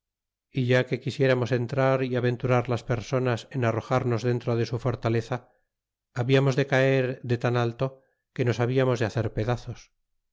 y ya que quisieramos entrar ó aventurar las personas en arrojarnos dentro de su fortaleza habiamos de caer de tan alto que nos hablamos de hacer pedazos